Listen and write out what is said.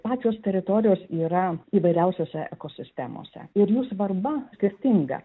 pačios teritorijos yra įvairiausiose ekosistemose ir jų svarba skirtinga